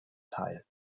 teil